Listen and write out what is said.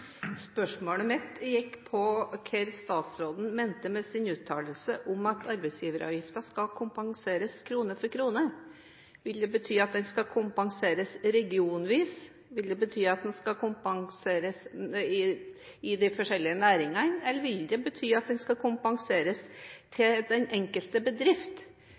Spørsmålet handlet om hva statsråden mente med sin uttalelse om at arbeidsgiveravgiften skal kompenseres krone for krone. Vil det bety at den skal kompenseres regionvis, vil det bety at den skal kompenseres i de forskjellige næringene, eller vil det bety at den skal kompenseres til den enkelte bedrift?